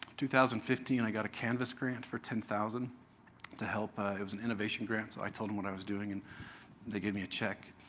two thousand and fifteen and i got a canvas grant for ten thousand to help. it was an innovation grant. so i told them what i was doing and they gave me a check.